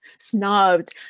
snubbed